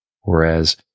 Whereas